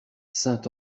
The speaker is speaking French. saint